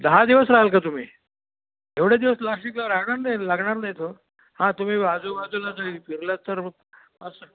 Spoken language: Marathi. दहा दिवस राहाल का तुम्ही एवढे दिवस नाशिकला राहणार नाही लागणार नाहीत हो हां तुम्ही आजूबाजूला जरी फिरलात तर असं